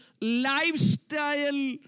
lifestyle